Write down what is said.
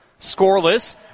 Scoreless